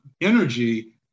energy